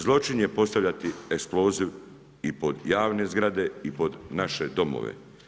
Zločin je postavljati eksploziju i pod javne zgrade i pod naše domove.